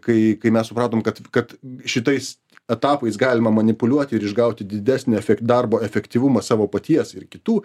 kai kai mes supratom kad kad šitais etapais galima manipuliuoti ir išgauti didesnį efek darbo efektyvumą savo paties ir kitų